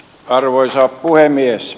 arvoisa puhemies